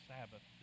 Sabbath